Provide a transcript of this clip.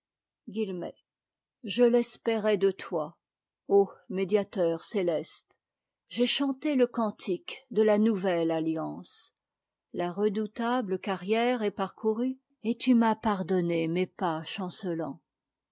je j'espérais de toi ô médiateur céleste j'ai chanté le cantique de la nouvelle alliance la redoutabte carrière est parcourue et tu m'as pardonné mes pas chancelants